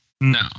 No